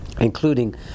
Including